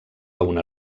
una